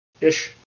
ish